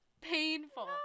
painful